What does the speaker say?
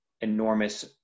enormous